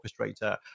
orchestrator